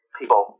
people